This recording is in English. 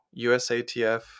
USATF